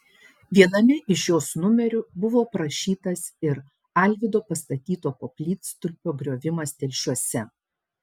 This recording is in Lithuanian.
viename iš jos numerių buvo aprašytas ir alvydo pastatyto koplytstulpio griovimas telšiuose